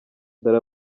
dore